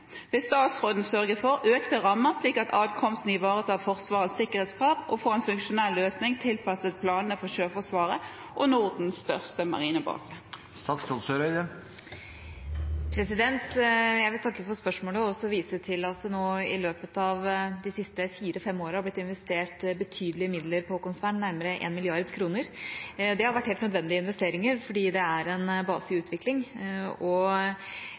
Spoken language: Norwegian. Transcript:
Vil statsråden sørge for økte rammer, slik at adkomsten ivaretar Forsvarets sikkerhetskrav og får en funksjonell løsning tilpasset planene for Sjøforsvaret og Nordens største marinebase?» Jeg vil takke for spørsmålet og vise til at det i løpet av de siste fire–fem åra er blitt investert betydelige midler på Haakonsvern, nærmere 1 mrd. kr. Det har vært helt nødvendige investeringer, fordi det er en base i utvikling.